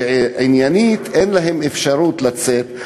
שעניינית אין להם אפשרות לצאת,